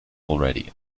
already